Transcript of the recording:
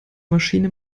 maschine